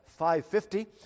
5:50